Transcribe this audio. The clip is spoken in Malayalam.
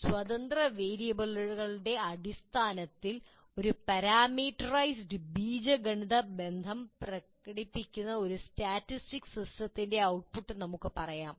സ്വതന്ത്രവേരിയെബളുകളുടെ അടിസ്ഥാനത്തിൽ ഒരു പാരാമീറ്ററൈസ്ഡ് ബീജഗണിത ബന്ധം പ്രകടിപ്പിക്കുന്ന ഒരു സ്റ്റാറ്റിക് സിസ്റ്റത്തിന്റെ ഔട്ട്പുട്ട് നമുക്ക് പറയാം